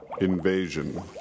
Invasion